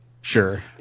Sure